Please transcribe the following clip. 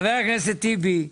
חבר הכנסת טיבי,